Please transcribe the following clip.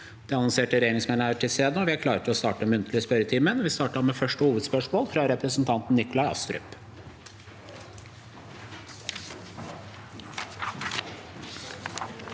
De annonserte regjeringsmedlemmene er til stede, og vi er klare til å starte den muntlige spørretimen. Vi starter da med første hovedspørsmål, fra representanten Nikolai Astrup.